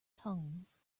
tongues